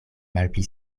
malpli